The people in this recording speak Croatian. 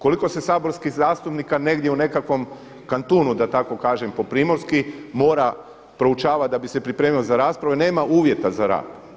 Koliko se saborskih zastupnika negdje u nekakvom kantunu da tako kažem po primorski mora proučavati da bi se pripremao za raspravu jer nema uvjeta za rad?